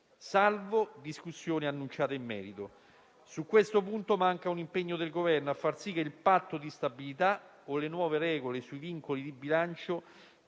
salvo discussione annunciata in merito. Su questo punto manca un impegno del Governo a far sì che il Patto di stabilità o le nuove regole sui vincoli di bilancio